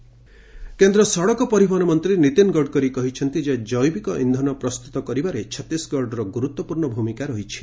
Gadkari bio fuel କେନ୍ଦ୍ର ସଡ଼କ ପରିବହନ ମନ୍ତ୍ରୀ ନୀତିନ ଗଡ଼କରୀ କହିଛନ୍ତି ଯେ ଜୈବିକ ଇନ୍ଧନ ପ୍ରସ୍ତୁତ କରିବାରେ ଛତିଶଗଡ଼ର ଗୁରୁତ୍ୱପୂର୍ଣ୍ଣ ଭୂମିକା ରହିଛି